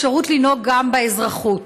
אפשרות לנהוג גם באזרחות.